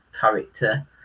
character